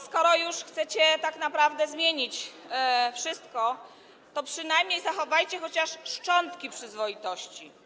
Skoro już chcecie tak naprawdę zmienić wszystko, to przynajmniej zachowajcie chociaż szczątki przyzwoitości.